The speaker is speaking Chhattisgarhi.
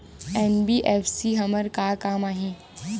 एन.बी.एफ.सी हमर का काम आही?